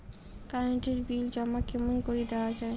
Current এর bill জমা কেমন করি দেওয়া যায়?